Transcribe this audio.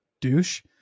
douche